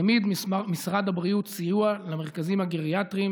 העמיד משרד הבריאות סיוע למרכזים הגריאטריים